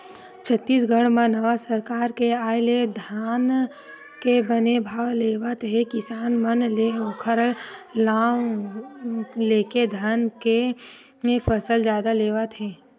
छत्तीसगढ़ म नवा सरकार के आय ले धान के बने भाव लेवत हे किसान मन ले ओखर नांव लेके धान के फसल जादा लेवत हे